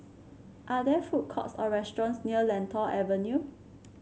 are there food courts or restaurants near Lentor Avenue